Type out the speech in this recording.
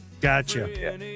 Gotcha